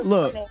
Look